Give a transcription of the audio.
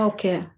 Okay